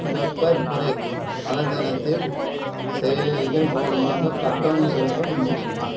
pepper fry வலைத்தளத்தில் செயலிகள் மூலமாக கட்டணம் செலுத்த முடியுமா